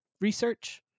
research